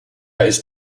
ist